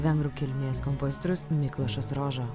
vengrų kilmės kompozitorius miklošas roža